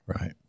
Right